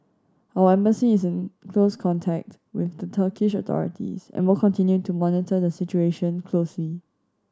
our Embassy is in close contact with the Turkish authorities and will continue to monitor the situation closely